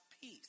peace